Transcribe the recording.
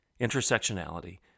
intersectionality